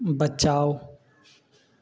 बचाउ